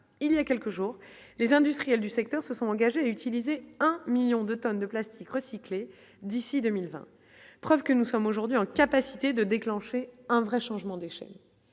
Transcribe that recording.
il y a quelques jours, les industriels du secteur se sont engagés à utiliser un 1000000 de tonnes de plastique recyclé, d'ici 2020, preuve que nous sommes aujourd'hui en capacité de déclencher un vrai changement d'échelle